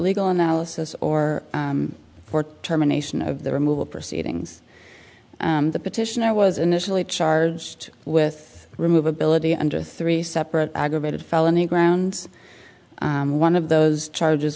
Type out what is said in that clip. legal analysis or for terminations of the removal proceedings the petitioner was initially charged with remove ability under three separate aggravated felony grounds one of those charges